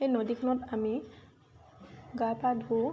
সেই নদীখনত আমি গা পা ধুওঁ